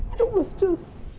it was just